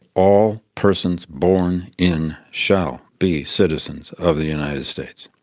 all persons born in shall be citizens of the united states.